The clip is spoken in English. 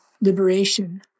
liberation